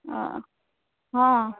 हाँ